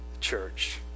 church